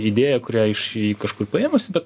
idėja kurią iš kažkur paėmusi bet